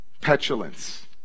petulance